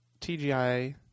TGI